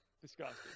disgusting